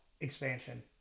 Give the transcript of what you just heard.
expansion